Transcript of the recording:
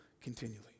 continually